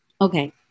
Okay